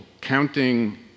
counting